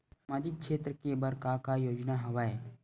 सामाजिक क्षेत्र के बर का का योजना हवय?